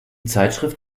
zeitschrift